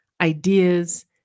ideas